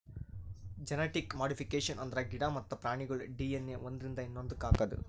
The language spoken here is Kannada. ಜೆನಟಿಕ್ ಮಾಡಿಫಿಕೇಷನ್ ಅಂದ್ರ ಗಿಡ ಮತ್ತ್ ಪ್ರಾಣಿಗೋಳ್ ಡಿ.ಎನ್.ಎ ಒಂದ್ರಿಂದ ಇನ್ನೊಂದಕ್ಕ್ ಹಾಕದು